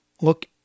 look